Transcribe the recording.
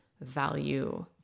value